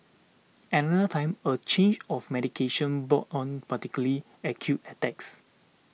another time a change of medication brought on particularly acute attacks